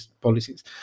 policies